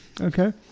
Okay